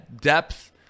depth